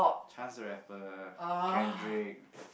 Chance-The-Rapper Kendrick